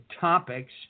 topics